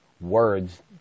words